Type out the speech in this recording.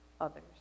others